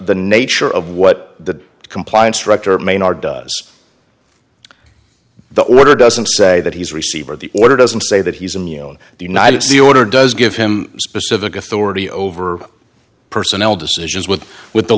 the nature of what the compliance director may nor does the order doesn't say that he's a receiver the order doesn't say that he's an yone the united see order does give him specific authority over personnel decisions with with the